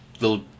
little